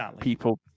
people